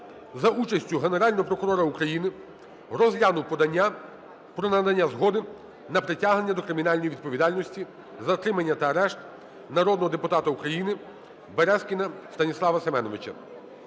за участю Генерального прокурора України розглянув подання про надання згоди на притягнення до кримінальної відповідальності, затримання та арешт народного депутата України Березкіна Станіслава Семеновича.